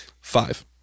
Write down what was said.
five